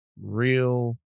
real